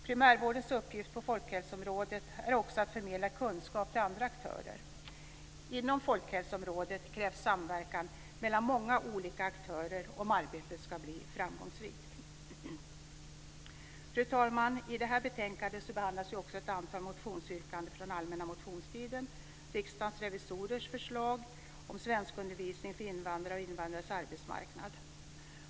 Primärvårdens uppgift på folkhälsoområdet innefattar också att förmedla kunskap till andra aktörer. Inom folkhälsoområdet krävs samverkan mellan många olika aktörer om arbetet ska bli framgångsrikt. Fru talman! I det här betänkandet behandlas också ett antal motionsyrkanden från allmänna motionstiden och Riksdagens revisorers förslag om svenskundervisning för invandrare och invandrares arbetsmarknad.